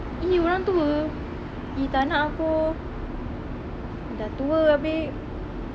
!ee! orang tua !ee! taknak aku dah tua abeh